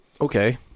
Okay